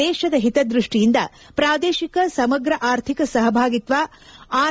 ದೇಶದ ಹಿತದೃಷ್ಷಿಯಿಂದ ಪ್ರಾದೇಶಿಕ ಸಮಗ್ರ ಆರ್ಥಿಕ ಸಹಭಾಗಿತ್ನ ಆರ್